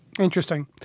Interesting